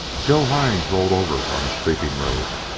joe hines rolled over on his sleeping-robe,